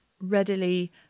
readily